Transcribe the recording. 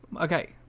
Okay